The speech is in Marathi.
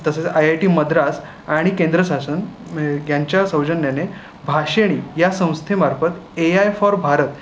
तसेच आय आय टी मद्रास आणि केंद्र शासन यांच्या सौजन्याने भाषिणी या संस्थेमार्फत ए आय फॉर भारत